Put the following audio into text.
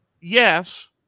yes